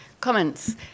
comments